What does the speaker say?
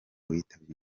witabye